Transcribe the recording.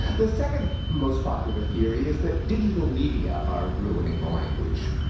the second most popular theory is that digital media are ruining the language.